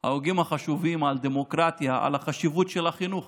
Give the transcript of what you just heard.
על דמוקרטיה, על החשיבות של החינוך